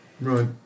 Right